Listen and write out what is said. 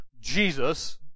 Jesus